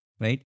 right